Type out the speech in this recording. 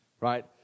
right